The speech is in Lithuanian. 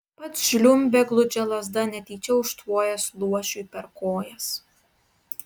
pats žliumbė gludžia lazda netyčia užtvojęs luošiui per kojas